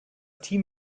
team